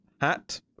hat